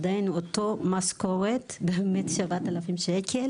עם אותה משכורת עדיין, 7,000 שקל